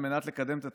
על מנת לקדם את התחום,